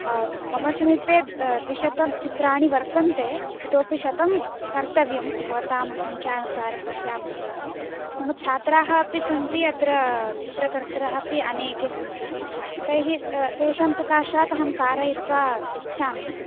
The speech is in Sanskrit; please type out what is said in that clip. मम समीपे द्विशतं चित्राणि वर्तन्ते इतोपि शतं कर्तव्यं भवतां सङ्ख्यानुसारं पश्यामश्चेत् मम छात्राः अपि सन्ति अत्र चित्रकर्त्रः अपि अनेके सन्ति तर्हि तेषां सकाशात् अहं कारयित्त्वा यच्छामि